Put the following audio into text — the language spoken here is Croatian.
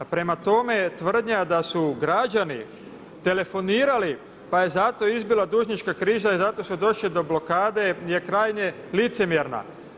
Prema tome tvrdnja da su građani telefonirali pa je zato izbila dužnička kriza i zato su došli do blokade je krajnje licemjerna.